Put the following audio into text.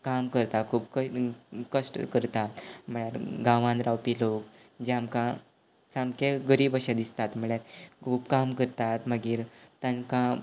काम करता खूब कश्ट करता म्हणल्यार गांवांत रावपी लोक जे आमकां सामके गरीब अशें दिसतात म्हळ्यार खूब काम करतात मागीर तांकां